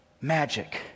Magic